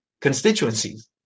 constituencies